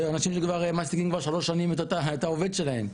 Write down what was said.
זה אנשים שכבר מעסיקים שלוש שנים את העובד שלהם.